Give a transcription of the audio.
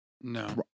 No